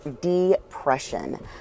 depression